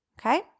okay